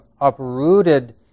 uprooted